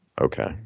Okay